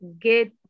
get